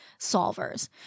solvers